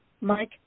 Mike